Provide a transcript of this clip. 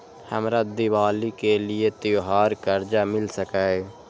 हमरा दिवाली के लिये त्योहार कर्जा मिल सकय?